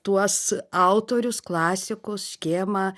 tuos autorius klasikos škėmą